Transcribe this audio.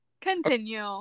Continue